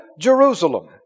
Jerusalem